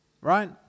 right